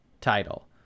title